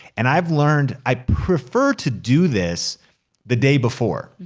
and i've learned i prefer to do this the day before.